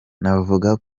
navuga